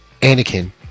Anakin